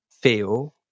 feel